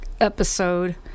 episode